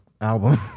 album